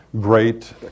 great